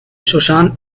susan